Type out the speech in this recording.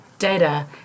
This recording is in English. data